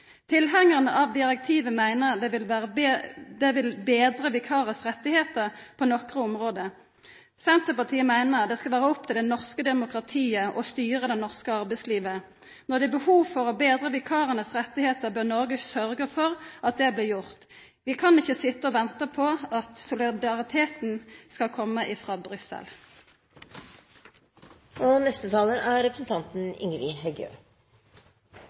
Tilhengarane av direktivet meiner det vil betra vikarar sine rettar på nokre område. Senterpartiet meiner det skal vera opp til det norske demokratiet å styra det norske arbeidslivet. Når det er behov for å betra vikarane sine rettar, bør Noreg sørgja for at det blir gjort. Vi kan ikkje sitja og venta på at solidariteten skal komma frå Brussel. Det har vore veldig mange gode innlegg her i dag. Eg vil spesielt dra fram representanten